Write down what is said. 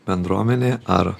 bendruomenė ar